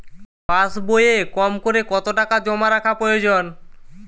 পাশবইয়ে কমকরে কত টাকা জমা রাখা প্রয়োজন?